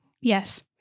Yes